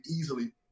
easily